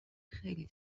خیلی